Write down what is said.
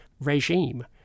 regime